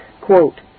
Quote